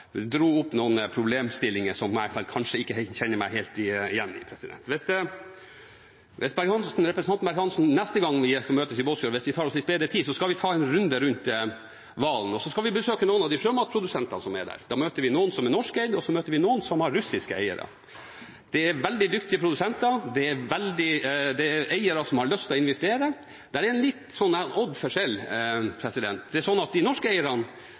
dro også opp noen problemstillinger som jeg kanskje ikke kjenner meg helt igjen i. Hvis representanten Berg-Hansen neste gang vil at vi skal møtes i Båtsfjord, og hvis vi tar oss litt bedre tid, så skal vi ta en runde rundt Valen, og så skal vi besøke noen av de sjømatprodusentene som er der. Da møter vi noen som er norskeid, og så møter vi noen som har russiske eiere. Det er veldig dyktige produsenter, det er eiere som har lyst til å investere, men det er en litt sånn «odd» forskjell. Det er sånn at de norske eierne